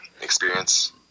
experience